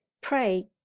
Pray